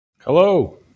Hello